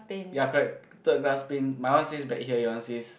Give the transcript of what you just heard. ya correct third glass paint my one says back here your one says